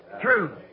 True